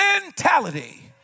mentality